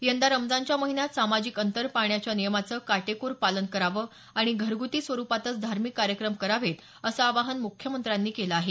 यंदा रमजानच्या महिन्यात सामाजिक अंतर पाळण्याच्या नियमाचं काटेकोरपणे पालन करावं आणि घरगृती स्वरूपातच धार्मिक कार्यक्रम करावेत असं आवाहन मुख्यमंत्र्यांनी केलं आहे